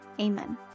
Amen